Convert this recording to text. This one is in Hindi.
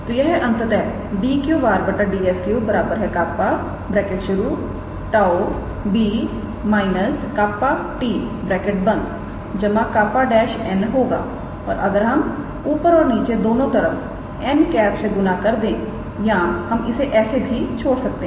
तो यह अंततः 𝑑 3𝑟 𝑑𝑠 3 𝜅𝜁𝑏̂ − 𝜅𝑡̂ 𝜅 ′𝑛̂ होगा और अगर हम ऊपर और नीचे दोनों तरफ 𝑛̂ से गुना कर दे या हम इसे ऐसे भी छोड़ सकते हैं